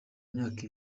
imyaka